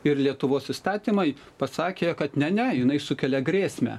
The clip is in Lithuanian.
ir lietuvos įstatymai pasakė kad ne ne jinai sukelia grėsmę